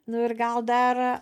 nu ir gal dar